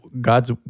God's